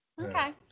Okay